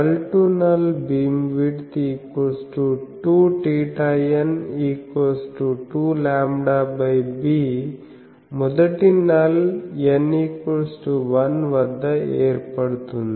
null to null beamwidth 2θn2λbమొదటి null n1 వద్ద ఏర్పడుతుంది